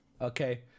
Okay